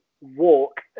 walk